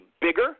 bigger